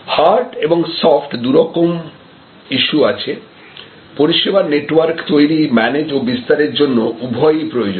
hard এবং soft দুরকম issue আছে পরিষেবার নেটওয়ার্ক তৈরি ম্যানেজ ও বিস্তারের জন্য উভয়ই প্রয়োজন